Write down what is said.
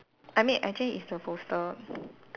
I mean actually it's the poster